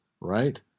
right